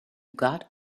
got